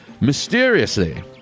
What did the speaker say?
mysteriously